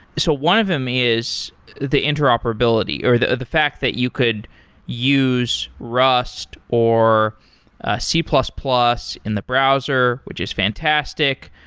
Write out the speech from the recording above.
so one of them is the interoperability, or the the fact that you could use rust or c plus plus in the browser, which is fantastic.